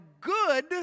good